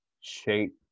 shape